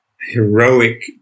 heroic